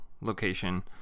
location